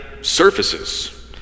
surfaces